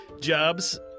jobs